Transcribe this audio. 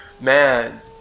man